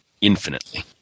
infinitely